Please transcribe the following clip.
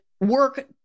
work